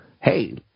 hey